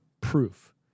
proof